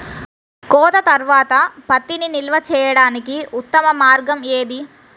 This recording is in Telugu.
కోత తర్వాత పత్తిని నిల్వ చేయడానికి ఉత్తమ మార్గం ఏది?